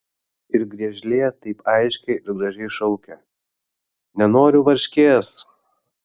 ir griežlė taip aiškiai ir gražiai šaukia nenoriu varškės